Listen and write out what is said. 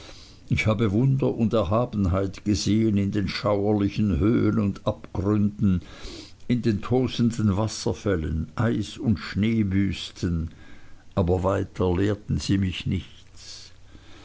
ich habe wunder und erhabenheit gesehen in den schauerlichen höhen und abgründen in den tosenden wasserfällen eis und schneewüsten aber weiter lehrten sie mich nichts